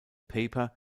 paper